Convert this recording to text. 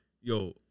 yo